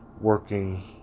working